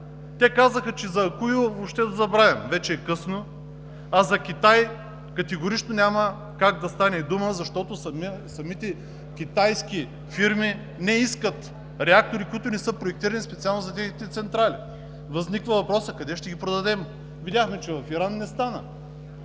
Казаха, че за „Акуйо“ въобще да забравим, вече е късно, а за Китай категорично няма как да стане дума, защото самите китайски фирми не искат реактори, които не са проектирани специално за техните централи. Възниква въпросът къде ще ги продадем? Видяхме, че в Иран не стана.